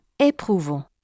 éprouvons